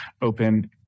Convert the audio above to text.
open